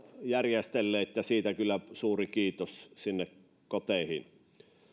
järjestelleet ja siitä kyllä suuri kiitos sinne koteihin